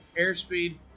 airspeed